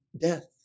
death